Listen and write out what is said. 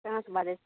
कहाँसँ बाजै छी